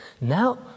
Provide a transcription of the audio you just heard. Now